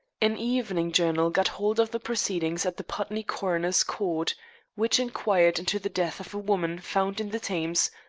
an evening journal got hold of the proceedings at the putney coroner's court which inquired into the death of a woman found in the thames,